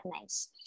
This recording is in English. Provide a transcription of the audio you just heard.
nice